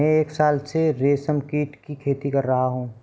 मैं एक साल से रेशमकीट की खेती कर रहा हूँ